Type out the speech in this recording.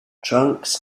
trunks